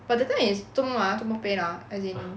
but that time is 做么 ah 做么 pain ah as in 是